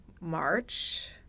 March